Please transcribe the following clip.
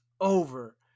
over